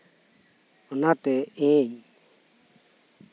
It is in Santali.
ᱚᱱᱟᱛᱮ ᱤᱧ